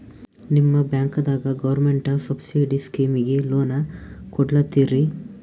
ನಿಮ ಬ್ಯಾಂಕದಾಗ government subsidy ಸ್ಕೀಮಿಗಿ ಲೊನ ಕೊಡ್ಲತ್ತೀರಿ?